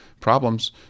problems